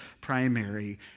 primary